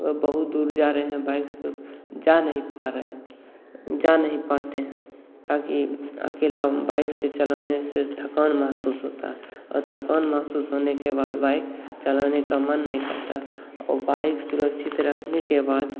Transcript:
अगर बहुत दूर जा रहें है बाइक से तो जा नहीं पा रहे जा नहीं पाते हैं ताकि अकेला बाइक से चलने से थकान महसूस होता है और थकान महसूस होने के बाद बाइक चलाने का मन नहीं करता औ बाइक सुरक्षित रखने के बाद